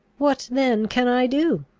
what then can i do?